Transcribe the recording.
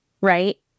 right